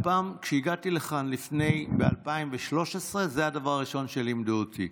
כשהגעתי לכאן ב-2013 זה הדבר הראשון שלימדו אותי.